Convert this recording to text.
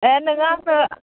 एह नोङो आंनो